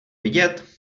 vidět